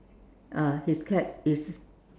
ah his cap is